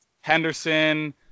Henderson